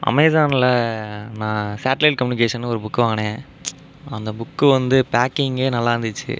அமேசானில் நான் சேட்டிலைட் கம்யூனிகேஷன்னு ஒரு புக் வாங்கினேன் அந்த புக் வந்து பேக்கிங்கே நல்லாயிருந்துச்சு